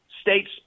States